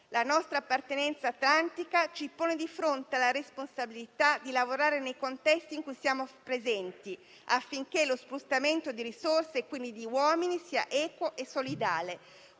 La nostra appartenenza atlantica ci pone di fronte alla responsabilità di lavorare nei contesti in cui siamo presenti, affinché lo spostamento di risorse e quindi di uomini sia equo e solidale;